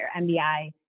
MBI